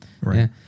right